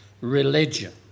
religion